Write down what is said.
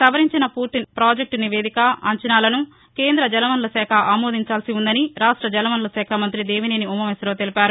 సవరించిన పూర్తి పాజెక్టు నివేదిక అంచనాలను కేంద్రద్ద జలవనరుల శాఖ ఆమోదించాల్సి ఉందని రాష్ట జలవనరులశాఖ మంతి దేవినేని ఉమామహేశ్వరరావు తెలిపారు